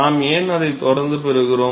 நாம் ஏன் அதை தொடர்ந்து பெறுகிறோம்